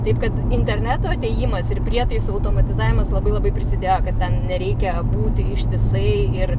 taip kad interneto atėjimas ir prietaisų automatizavimas labai labai prisidėjo kad ten nereikia būti ištisai ir